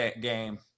game